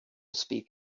speak